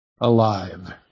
alive